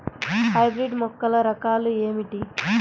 Hybrid మొక్కల రకాలు ఏమిటి?